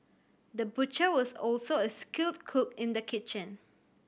the butcher was also a skilled cook in the kitchen